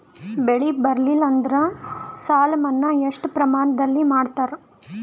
ಬೆಳಿ ಬರಲ್ಲಿ ಎಂದರ ಸಾಲ ಮನ್ನಾ ಎಷ್ಟು ಪ್ರಮಾಣದಲ್ಲಿ ಮಾಡತಾರ?